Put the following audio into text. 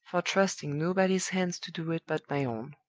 for trusting nobody's hands to do it but my own.